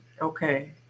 Okay